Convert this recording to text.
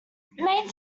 main